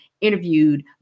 interviewed